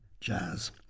jazz